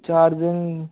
charging